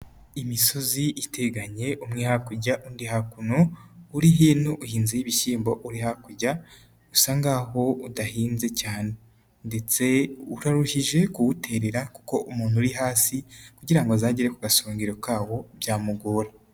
Imisozi iteganye umwe hakurya undi hakuno, uri hino uhinziho ibishyimbo uri hakurya usa nkaho udahinze cyane ndetse uraruhije kuwuterera kuko umuntu uri hasi kugira ngo azagere ku gasongero kawo byamugora.